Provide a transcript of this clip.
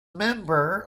member